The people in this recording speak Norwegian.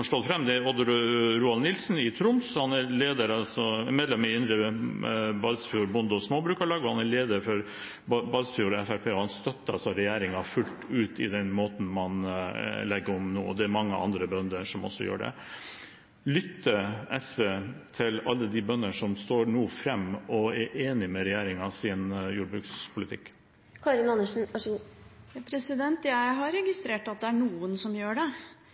stått fram, er Odd Ronald Nilsen i Troms. Han er medlem i Balsfjord Bonde- og Småbrukarlag, og han er leder for Balsfjord Arbeiderparti. Han støtter regjeringen fullt ut i den måten man legger om på nå. Det er mange andre bønder som også gjør det. Lytter SV til alle de bøndene som nå står fram og er enig i regjeringens jordbrukspolitikk? Jeg har registrert at det er noen som gjør det,